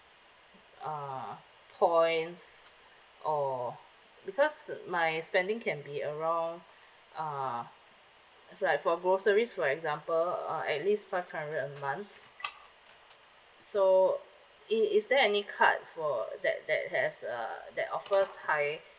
uh points or because my spending can be around uh like for groceries for example uh at least five hundred a month so i~ is there any card for that that has uh that offers high